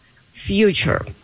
future